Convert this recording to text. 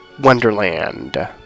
Wonderland